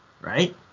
right